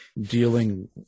dealing